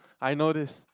I know this